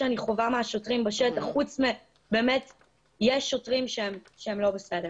מהמפגש עם השוטרים בשטח, ויש שוטרים שהם לא בסדר.